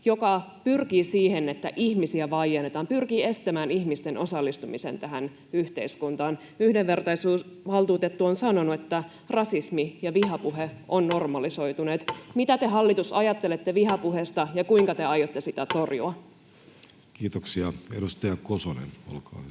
joka pyrkii siihen, että ihmisiä vaiennetaan, pyrkii estämään ihmisten osallistumisen tähän yhteiskuntaan? Yhdenvertaisuusvaltuutettu on sanonut, että rasismi ja vihapuhe ovat normalisoituneet. Mitä te, hallitus, ajattelette vihapuheesta, ja kuinka te aiotte sitä torjua? [Speech 129] Speaker: